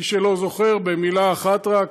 מי שלא זוכר, במילה אחת רק: